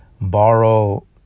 borrow